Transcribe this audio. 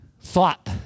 thought